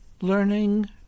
Learning